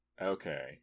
Okay